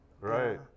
Right